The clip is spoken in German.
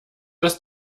dass